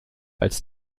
als